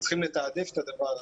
צריכים לתעדף את הדבר הזה.